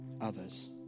others